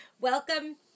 welcome